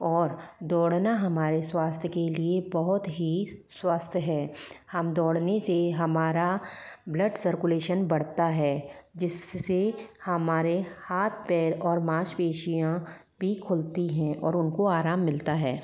और दौड़ना हमारे स्वास्थ्य के लिए बहुत ही स्वस्थ है हम दौड़ने से हमारा ब्लड सर्कुलेशन बढ़ता है जिससे हमारे हाथ पैर और मांसपेशियाँ भी खुलती हैं और उनको आराम मिलता है